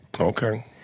Okay